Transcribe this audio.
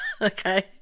Okay